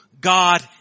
God